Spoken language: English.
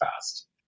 fast